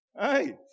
Hey